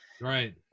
right